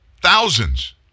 thousands